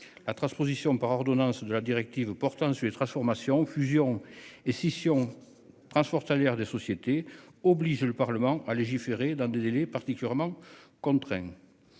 La transposition par ordonnance de la directive portant sur les transformations fusions et scissions transporte air des sociétés oblige le Parlement à légiférer dans des délais particulièrement contraint.